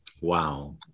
Wow